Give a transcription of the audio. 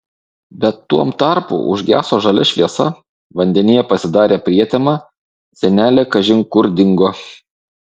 bet tuom tarpu užgeso žalia šviesa vandenyje pasidarė prietema senelė kažin kur dingo